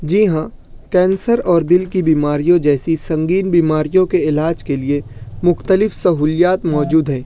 جی ہاں کینسر اور دل کی بیماریوں جیسی سنگین بیماریوں کے علاج کے لیے مختلف سہولیات موجود ہیں